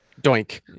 Doink